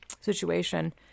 situation